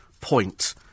point